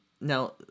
Now